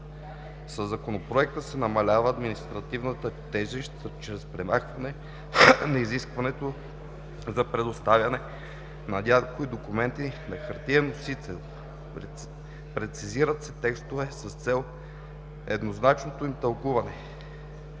Със Законопроекта се намалява административната тежест чрез премахване на изискването за предоставяне на някои документи на хартиен носител, прецизират се текстове, с цел еднозначното им тълкуване,